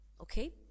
Okay